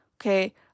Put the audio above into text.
okay